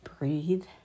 Breathe